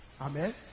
Amen